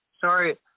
Sorry